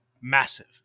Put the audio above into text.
massive